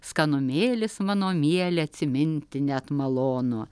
skanumėlis mano mieli atsiminti net malonu